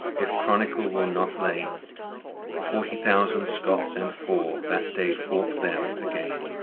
if chronicle will not layne forty thousand scots and four that day fought them again,